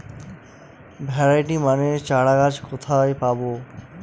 Variety মানের চারাগাছ কোথায় পাবো?